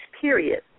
period